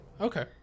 Okay